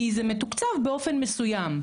כי זה מתוקצב באופן מסוים.